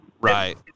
Right